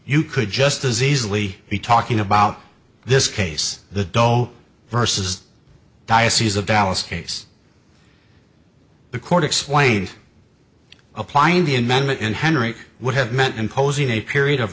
you could just as easily be talking about this case the doe versus diocese of dallas case the court explained applying the amendment in henrich would have meant imposing a period of